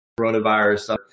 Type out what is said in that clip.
coronavirus